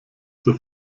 zur